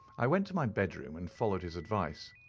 i went to my bedroom and followed his advice.